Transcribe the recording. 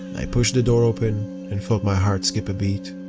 i pushed the door open and felt my heart skip a beat.